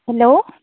hello